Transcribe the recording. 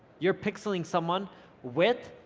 you're pixeling someone with,